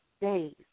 days